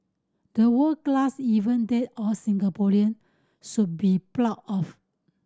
the world class event that all Singaporean should be proud of